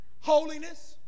holiness